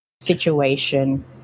situation